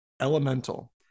Elemental